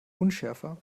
unschärfer